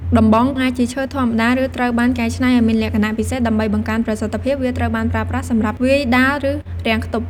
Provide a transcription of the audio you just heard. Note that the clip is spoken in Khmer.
ដំបងអាចជាឈើធម្មតា ឬត្រូវបានកែច្នៃឱ្យមានលក្ខណៈពិសេសដើម្បីបង្កើនប្រសិទ្ធភាព វាត្រូវបានប្រើប្រាស់សម្រាប់វាយ ដាល់ ឬរាំងខ្ទប់។